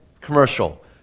commercial